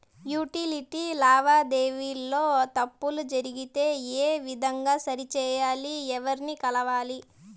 Utility లావాదేవీల లో తప్పులు జరిగితే ఏ విధంగా సరిచెయ్యాలి? ఎవర్ని కలవాలి?